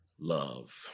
love